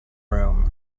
room